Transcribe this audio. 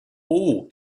all